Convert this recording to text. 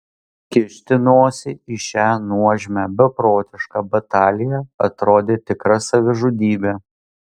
kišti nosį į šią nuožmią beprotišką bataliją atrodė tikra savižudybė